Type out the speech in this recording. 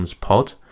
Pod